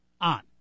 on